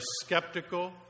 skeptical